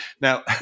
Now